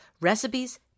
recipes